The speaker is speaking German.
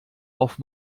auf